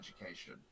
education